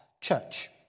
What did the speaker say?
church